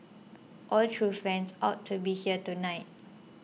all true fans ought to be here tonight